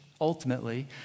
ultimately